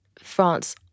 France